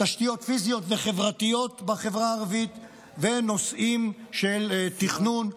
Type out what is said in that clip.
תשתיות פיזיות וחברתיות בחברה הערבית ונושאים של תכנון,